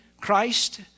Christ